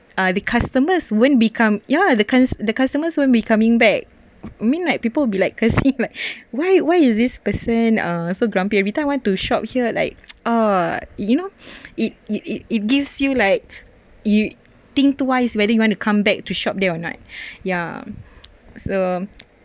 uh the customers won't become ya the cus~ the customers won't be coming back I mean like people be like cursing like why why is this person uh so grumpy every time want to shop here like uh you know it it it it gives you like you think twice whether you want to come back to shop there or not ya so